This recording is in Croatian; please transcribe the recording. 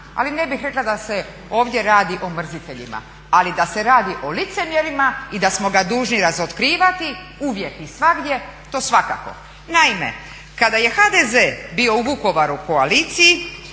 ali ne bih rekla da se ovdje radi o mrziteljima. Ali da se radi o licemjerima i da smo ga dužni razotkrivati uvijek i svagdje to svakako. Naime, kada je HDZ bio u Vukovaru u koaliciji